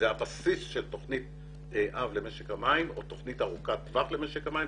זה הבסיס של תוכנית אב למשק המים או תוכנית ארוכת טווח למשק המים.